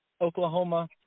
Oklahoma